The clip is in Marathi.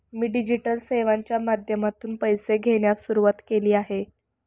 मी डिजिटल सेवांच्या माध्यमातून पैसे घेण्यास सुरुवात केली आहे